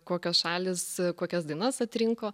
kokios šalys kokias dainas atrinko